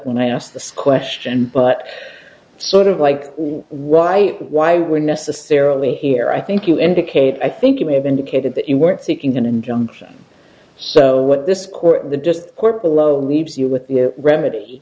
when i ask this question but sort of like why why we're necessarily here i think you indicated i think you may have indicated that you weren't seeking an injunction so what this court the just below leaves you with the remedy